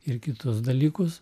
ir kitus dalykus